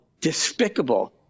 despicable